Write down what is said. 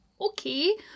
okay